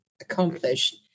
accomplished